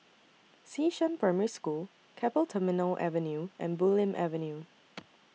Xishan Primary School Keppel Terminal Avenue and Bulim Avenue